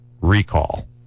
Recall